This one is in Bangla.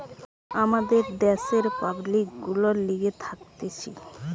আমাদের দ্যাশের পাবলিক গুলার লিগে থাকতিছে